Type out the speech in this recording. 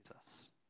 Jesus